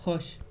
خۄش